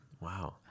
Wow